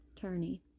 Turney